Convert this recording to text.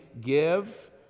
give